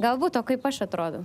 galbūt o kaip aš atrodau